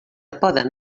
poden